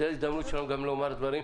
זאת ההזדמנות שלנו גם לומר דברים.